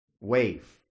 wave